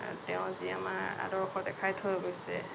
তেওঁ যি আমাৰ আদৰ্শ দেখাই থৈ গৈছে